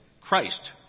Christ